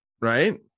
Right